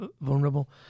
vulnerable